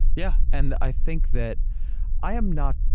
yeah. and i think that i am not,